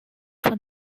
for